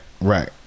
right